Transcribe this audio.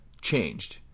changed